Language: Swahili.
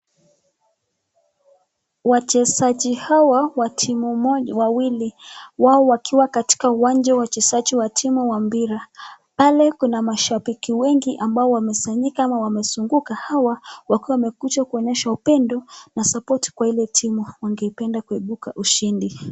Wachezaji hawa watimu wawili, wao wakiwa katika uwanja wa timu wa mpira, pale kuna mashabiki wengi ambao wamesanyika au wamezunguka hawa, wakiwa wamekuja kuonyesha upendo na sapot kwa hile timu wangependa kuibuka ushindi.